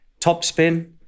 topspin